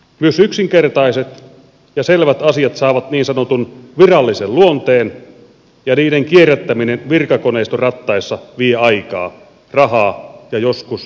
myös yksinkertaiset ja selvät asiat saavat niin sanotun virallisen luonteen ja niiden kierrättäminen virkakoneiston rattaissa vie aikaa rahaa ja joskus jopa hermoja